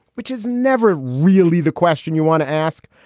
which is never really the question you want to ask.